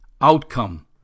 outcome